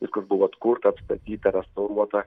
viskas buvo atkurta atstatyta restauruota